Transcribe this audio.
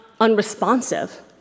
unresponsive